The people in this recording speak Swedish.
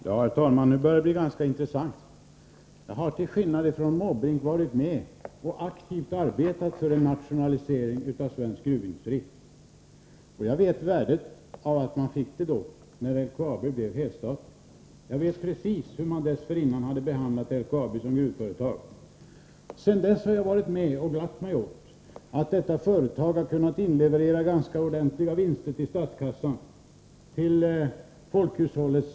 Herr talman! Nu börjar det bli ganska intressant. Jag har till skillnad från Bertil Måbrink varit med om att aktivt arbeta för en nationalisering av svensk gruvindustri, och jag känner till värdet av det i och med att LKAB blev helstatligt. Jag vet precis hur man dessförinnan hade behandlat LKAB som gruvföretag. Sedan dess har jag glatt mig åt att detta företag har kunnat inleverera ganska ordentliga vinster till statskassan till fromma för folkhushållet.